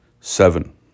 Seven